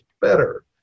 better